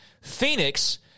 Phoenix